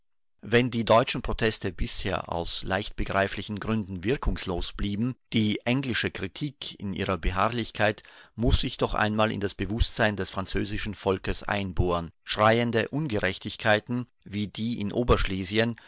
wenn die deutschen proteste bisher aus leichtbegreiflichen gründen wirkungslos blieben die englische kritik in ihrer beharrlichkeit muß sich doch einmal in das bewußtsein des französischen volkes einbohren schreiende ungerechtigkeiten wie die in oberschlesien